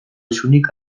isunik